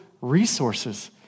resources